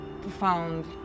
profound